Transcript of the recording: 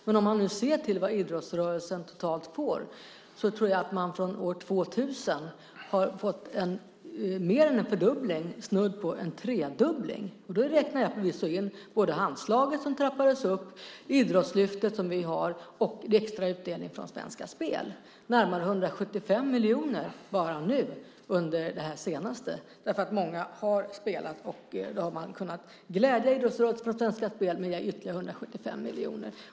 Men om vi ser på vad idrottsrörelsen har fått totalt har man från år 2000 fått mer än en fördubbling - snudd på en tredubbling. Jag räknar förvisso in både Handslaget, som trappades upp, Idrottslyftet och den extra utdelningen från Svenska Spel - närmare 175 miljoner under det senaste året. Många har spelat, och då har Svenska Spel kunnat glädja idrottsrörelsen med ytterligare 175 miljoner.